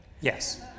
Yes